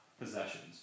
possessions